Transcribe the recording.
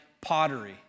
pottery